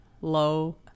low